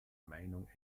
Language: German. meinung